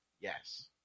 Yes